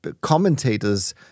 commentators